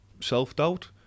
self-doubt